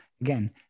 again